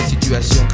situation